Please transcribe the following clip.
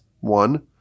one